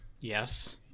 Yes